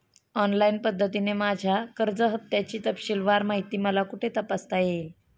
Online पद्धतीने माझ्या कर्ज हफ्त्याची तपशीलवार माहिती मला कुठे तपासता येईल?